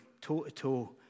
toe-to-toe